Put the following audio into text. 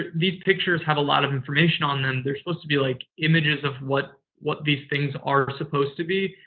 ah these pictures have a lot of information on them. they're supposed to be like images of what what these things are supposed to be,